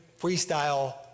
freestyle